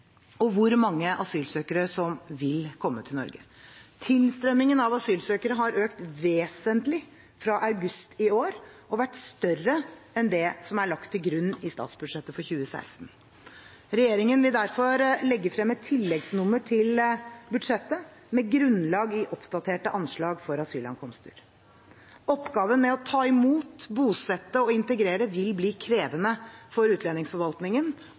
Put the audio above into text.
og hvor mange asylsøkere som vil komme til Norge. Tilstrømningen av asylsøkere har økt vesentlig fra august i år og vært større enn det som er lagt til grunn i statsbudsjettet for 2016. Regjeringen vil legge frem et tilleggsnummer til budsjettet med grunnlag i oppdaterte anslag for asylankomster. Oppgaven med å ta imot, bosette og integrere vil bli krevende for utlendingsforvaltningen,